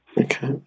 Okay